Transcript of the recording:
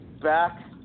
back